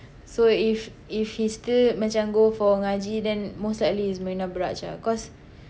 so if if he still macam go for ngaji then most likely is Marina Barrage ah cause